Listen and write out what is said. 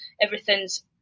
everything's